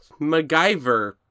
MacGyver